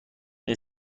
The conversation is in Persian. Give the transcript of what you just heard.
این